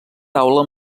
taula